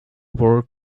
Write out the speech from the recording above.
world